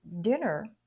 dinner